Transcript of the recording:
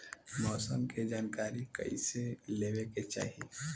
मौसम के जानकारी कईसे लेवे के चाही?